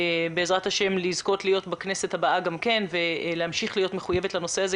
בעזרת השם להיות גם בכנסת הבאה ולהמשיך להיות מחויבת לנושא הזה.